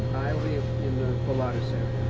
i live in the polaris area.